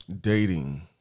Dating